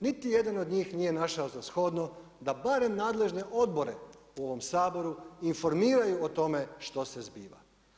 Niti jedan od njih nije našao za shodno da barem nadležne odbore u ovom Saboru informiraju o tome što se zbiva.